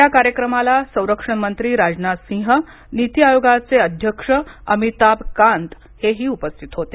या कार्यक्रमाला संरक्षण मंत्री राजनाथ सिंह नीती आयोगाचे अध्यक्ष अमिताभ कांत हेही उपस्थित होते